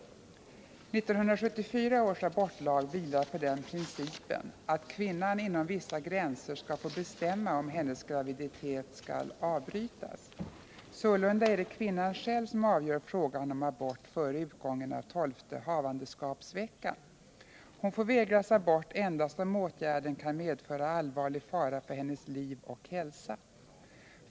1974 års abortlag vilar på den principen att kvinnan inom vissa gränser skall få bestämma, om hennes graviditet skall avbrytas. Sålunda är det kvinnan själv som avgör frågan om abort före utgången av 12:e havandeskapsveckan. Hon får vägras abort endast om åtgärden kan medföra allvarlig fara för hennes liv och hälsa.